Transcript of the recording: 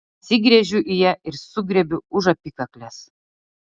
atsigręžiu į ją ir sugriebiu už apykaklės